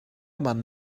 mann